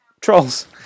trolls